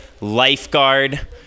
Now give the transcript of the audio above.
lifeguard